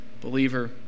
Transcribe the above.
believer